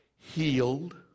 Healed